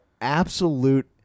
absolute